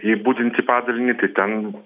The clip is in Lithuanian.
į budintį padalinį tai ten